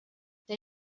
they